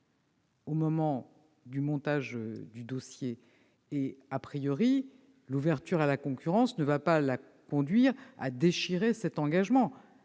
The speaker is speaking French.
au moment du montage du dossier. l'ouverture à la concurrence ne va pas la conduire à déchirer cet engagement.